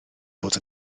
bod